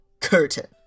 Curtain